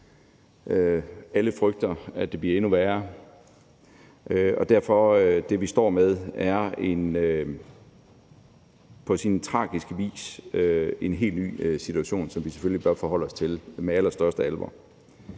Alle frygter, at det bliver endnu værre, og derfor er det, vi står med, på sin tragiske vis en helt ny situation, som vi selvfølgelig bør forholde os til med den allerstørste alvor,